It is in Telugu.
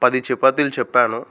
పది చపాతీలు చెప్పాను